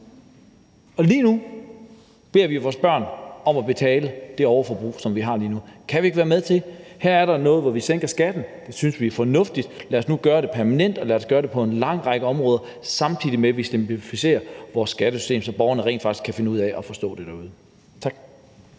Og lige nu beder vi vores børn om at betale det overforbrug, som vi har lige nu. Her er der noget, hvor vi sænker skatten – det synes vi er fornuftigt – og lad os nu gøre det permanent, og lad os gøre det på en lang række områder, samtidig med at vi simplificerer vores skattesystem, så borgerne derude rent faktisk kan finde ud af at forstå det. Tak.